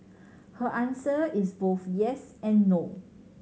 her answer is both yes and no